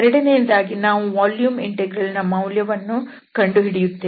ಎರಡನೆಯದಾಗಿ ನಾವು volume integral ನ ಮೌಲ್ಯವನ್ನು ಕಂಡು ಹಿಡಿಯುತ್ತೇವೆ